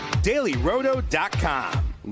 dailyroto.com